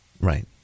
Right